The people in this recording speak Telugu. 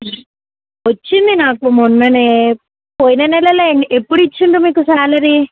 వచ్చింది నాకు మొన్ననే పోయిన నెల ఎప్పుడిచ్చారు మీకు శాలరీ